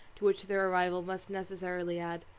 to which their arrival must necessarily add.